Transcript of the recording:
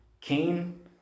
Cain